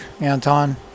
Anton